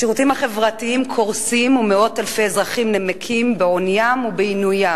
השירותים החברתיים קורסים ומאות אלפי אזרחים נמקים בעוניים ובעינוים,